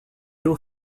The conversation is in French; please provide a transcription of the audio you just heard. aux